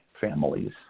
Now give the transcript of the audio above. families